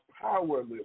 powerless